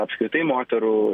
apskritai moterų